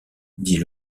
dit